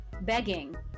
Begging